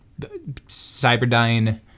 Cyberdyne